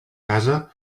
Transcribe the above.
casa